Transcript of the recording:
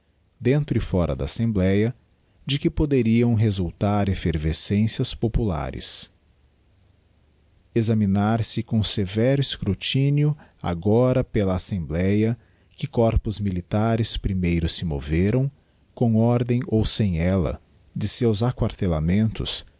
dentro e fora da assembléa de que poderiam resultar effeitescencias populares examinar se com severo escrutínio agora pela assembléa que corpos militares primeiro se moveram com ordem ou sem ella de seus aquartelamentos